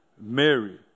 Mary